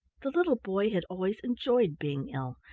the little boy had always enjoyed being ill,